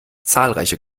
zahlreiche